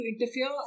interfere